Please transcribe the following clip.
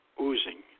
oozing